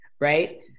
right